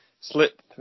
slip